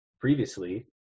Previously